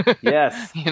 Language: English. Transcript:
Yes